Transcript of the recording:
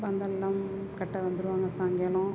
பந்தலெல்லாம் கட்ட வந்துடுவாங்க சாயங்காலம்